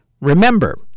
Remember